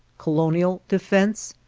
colonial defense,